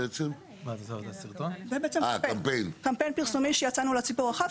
זה קמפיין פרסומי שאיתו יצאנו לציבור הרחב,